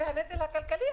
הנטל הכלכלי,